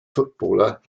footballer